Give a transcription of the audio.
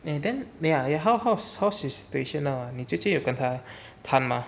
they then they are ya how how's how's the situation now ah 你最近有跟他谈吗